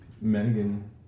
Megan